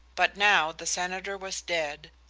but now the senator was dead,